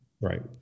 right